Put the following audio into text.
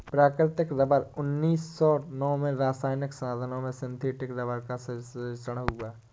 प्राकृतिक रबर उन्नीस सौ नौ में रासायनिक साधनों से सिंथेटिक रबर का संश्लेषण हुआ